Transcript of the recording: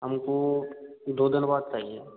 हमको दो दिन बाद चाहिए